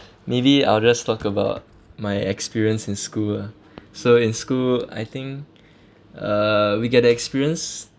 maybe I'll just talk about my experience in school lah so in school I think uh we get the experience